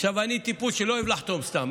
עכשיו, אני טיפוס שלא אוהב לחתום סתם.